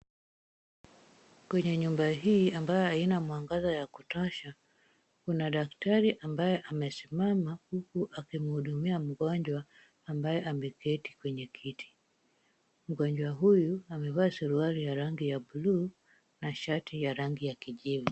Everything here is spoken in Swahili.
Kwenye nyumba hii ambayo haina mwangaza ya kutosha, kuna daktari ambaye amesimama huku akimhudumia mgonjwa ambaye ameketi kwenye kiti. Mgonjwa huyu amevaa suruali ya rangi ya blue na shati ya rangi ya kijivu.